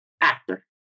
Actor